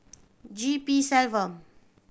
G P Selvam